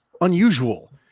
unusual